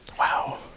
Wow